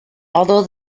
although